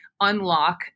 unlock